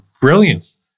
brilliance